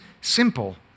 simple